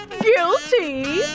Guilty